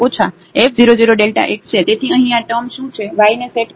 તેથી અહીં આ ટર્મ શું છે y ને સેટ કરવામાં આવશે